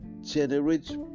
generate